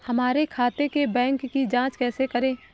हमारे खाते के बैंक की जाँच कैसे करें?